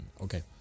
Okay